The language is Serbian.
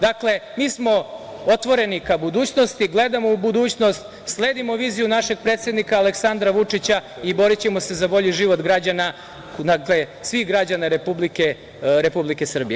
Dakle, mi smo otvoreni ka budućnosti, gledamo u budućnost, sledimo viziju našeg predsednika Aleksandra Vučića i borićemo se za bolji život građana, svih građana Republike Srbije.